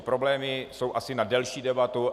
Problémy jsou asi na delší debatu.